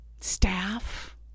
staff